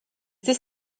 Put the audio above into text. this